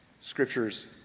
scriptures